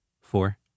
Four